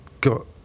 got